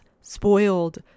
spoiled